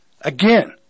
Again